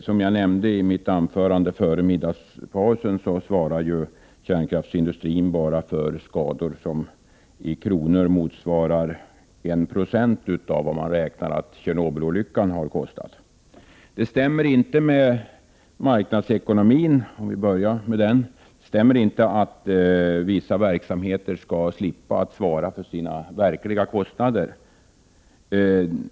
Som jag nämnde i mitt anförande före middagspausen svarar kärnkraftsindustrin bara för skador som i kronor motsvarar 1 90 av vad man räknar med att Tjernobylolyckan har kostat. Det stämmer inte med marknadsekonomin att vissa verksamheter skall slippa att svara för sina verkliga kostnader.